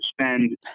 spend